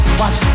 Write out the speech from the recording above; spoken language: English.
watch